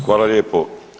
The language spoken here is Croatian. Hvala lijepo.